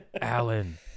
Alan